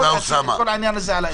לא להפיל הכול על האזרח.